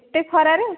ଏତେ ଖରାରେ